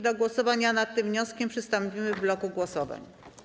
Do głosowania nad tym wnioskiem przystąpimy w bloku głosowań.